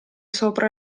sopra